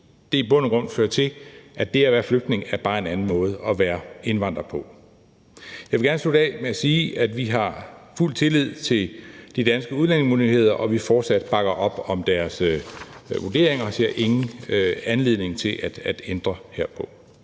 det i bund og grund fører til, at det at være flygtning bare er en anden måde at være indvandrer på. Jeg vil gerne slutte af med at sige, at vi har fuld tillid til de danske udlændingemyndigheder, og at vi fortsat bakker op om deres vurderinger og ser ingen anledning til at ændre herpå.